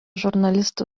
žurnalistų